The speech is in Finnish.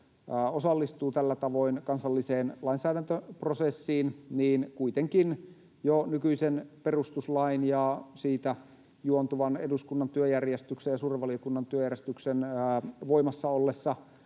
osallistuu tällä tavoin kansalliseen lainsäädäntöprosessiin, kuitenkin jo nykyisen perustuslain ja siitä juontuvan eduskunnan työjärjestyksen ja suuren valiokunnan työjärjestyksen voimassa ollessa